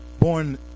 born